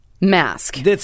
mask